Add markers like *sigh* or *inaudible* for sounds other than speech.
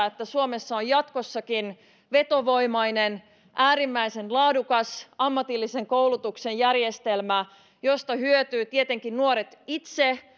*unintelligible* että suomessa on jatkossakin vetovoimainen äärimmäisen laadukas ammatillisen koulutuksen järjestelmä josta hyötyvät tietenkin nuoret itse *unintelligible*